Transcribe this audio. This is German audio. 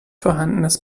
vorhandenes